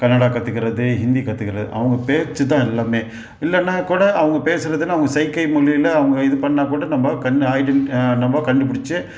கன்னடா கத்துக்கிறது ஹிந்தி கத்துக்கிறது அவங்க பேச்சு தான் எல்லாம் இல்லைன்னா கூட அவங்க பேசுறதில் அவங்க சைகை மொழியில் அவங்க இது பண்ணால் கூட நம்ம கண் ஐடென்ட் நம்ம கண்டுபிடிச்சி